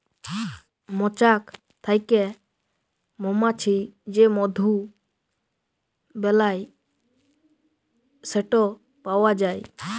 মচাক থ্যাকে মমাছি যে মধু বেলায় সেট পাউয়া যায়